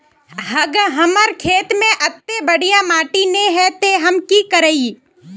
हमर खेत में अत्ते बढ़िया माटी ने है ते हम की करिए?